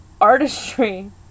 artistry